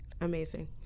Amazing